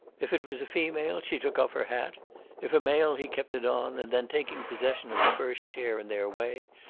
if it was a female, she took off her hat if a male, he kept it on, and then taking possession of the first chair in their way,